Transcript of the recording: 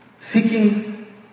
Seeking